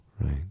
right